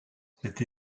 cette